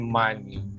money